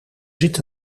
zit